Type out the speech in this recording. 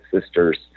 sisters